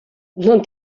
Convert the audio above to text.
non